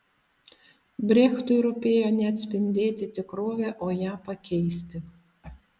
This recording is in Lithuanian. brechtui rūpėjo ne atspindėti tikrovę o ją pakeisti